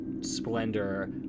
splendor